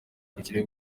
ubukire